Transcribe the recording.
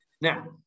now